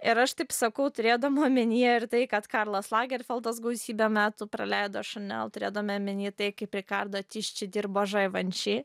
ir aš taip sakau turėdama omenyje ir tai kad karlas lagerfeldas gausybę metų praleido šanel turėdami omeny tai kaip rikardo tišči dirbo žaivanši